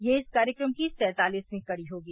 यह इस कार्यक्रम की सैंतालिसर्वी कड़ी होगी